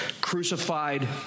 crucified